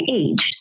age